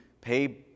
pay